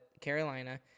Carolina